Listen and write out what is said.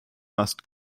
must